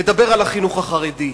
לדבר על החינוך החרדי,